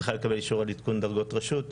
צריכה לקבל אישור על עדכון דרגות רשות.